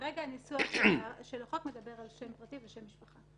כרגע הניסוח של החוק מדבר על שם פרטי ושם משפחה,